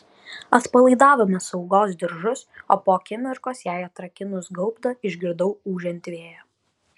atpalaidavome saugos diržus o po akimirkos jai atrakinus gaubtą išgirdau ūžiant vėją